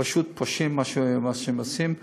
פשוט פושעים, מה שהם עושים.